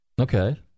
okay